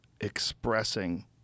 expressing